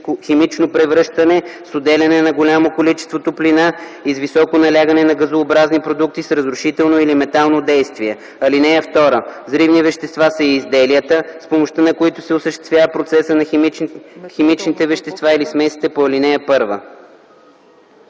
химично превръщане с отделяне на голямо количество топлина и с високо налягане на газообразни продукти с разрушително или метателно действие. (2) Взривни вещества са и изделията, с помощта на които се осъществява процесът на химичните вещества или смесите по ал. 1”